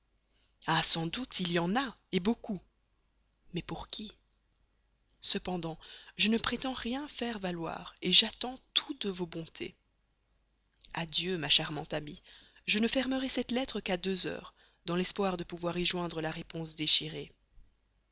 ah sans doute il y en a beaucoup mais pour qui cependant je ne prétends rien faire valoir j'attends tout de vos bontés adieu ma charmante amie je ne fermerai cette lettre qu'à deux heures dans l'espoir de pouvoir y joindre la réponse désirée